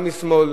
גם משמאל.